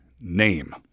name